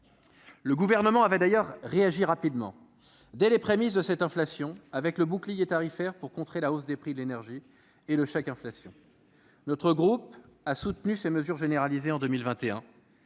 le gouvernement avait d'ailleurs. Réagir rapidement dès les prémices de cette inflation avec le bouclier tarifaire pour contrer la hausse des prix de l'énergie et le chèque, inflation, notre groupe a soutenu ces mesures. Généralisé en 2021,